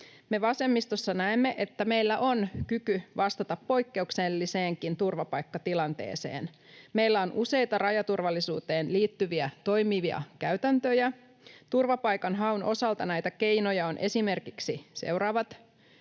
Me vasemmistossa näemme, että meillä on kyky vastata poikkeukselliseenkin turvapaikkatilanteeseen. Meillä on useita rajaturvallisuuteen liittyviä toimivia käytäntöjä. Turvapaikanhaun osalta näitä keinoja ovat esimerkiksi seuraavat: